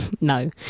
No